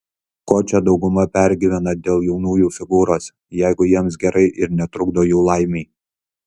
ko čia dauguma pergyvenat dėl jaunųjų figūros jeigu jiems gerai ir netrukdo jų laimei